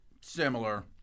Similar